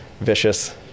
vicious